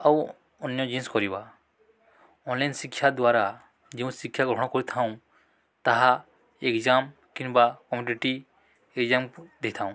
ଆଉ ଅନ୍ୟ ଜିନିଷ କରିବା ଅନ୍ଲାଇନ୍ ଶିକ୍ଷା ଦ୍ୱାରା ଯେଉଁ ଶିକ୍ଷା ଗ୍ରହଣ କରିଥାଉଁ ତାହା ଏଗଜାମ୍ କିମ୍ବା କମ୍ପିଟେଟିଭ୍ ଏଗଜାମ୍ ଦେଇଥାଉ